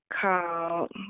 called